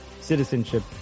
Citizenship